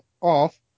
off